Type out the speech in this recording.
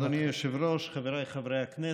אדוני היושב-ראש, חבריי חברי הכנסת,